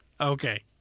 Okay